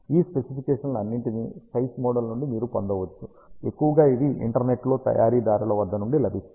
ఈ స్పెసిఫికేషన్లు అన్నింటినీ స్పైస్ మోడల్ నుండి మీరు పొందవచ్చు ఎక్కువగా ఇవి ఇంటర్నెట్లో తయారీదారుల వద్ద నుండి లభిస్తాయి